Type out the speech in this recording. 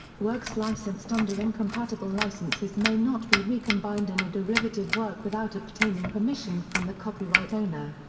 works licensed under incompatible licenses may not be recombined in a derivative work without obtaining permission from the copyright owner.